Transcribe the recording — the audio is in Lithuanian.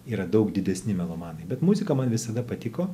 yra daug didesni melomanai bet muzika man visada patiko